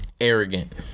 arrogant